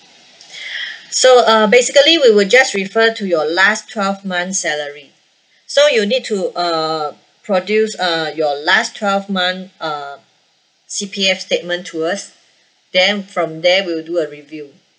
so uh basically we will just refer to your last twelve month's salary so you need to uh produce uh your last twelve month uh C_P_F statement to us then from there we'll do a review